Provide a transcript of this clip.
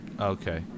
Okay